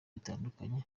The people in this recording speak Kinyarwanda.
bitandukanye